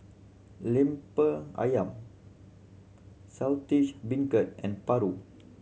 Lemper Ayam Saltish Beancurd and paru